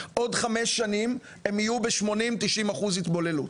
עוד חמש שנים הן יהיו ב-80 או 90 אחוזי התבוללות.